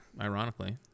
ironically